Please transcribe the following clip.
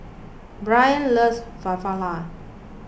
loves